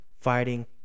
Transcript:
fighting